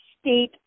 state